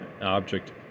object